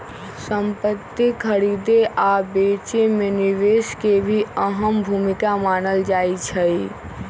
संपति खरीदे आ बेचे मे निवेश के भी अहम भूमिका मानल जाई छई